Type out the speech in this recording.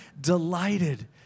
delighted